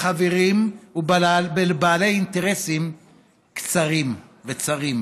לחברים ולבעלי אינטרסים קצרים וצרים.